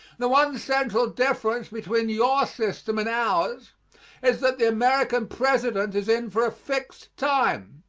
the one central difference between your system and ours is that the american president is in for a fixed time,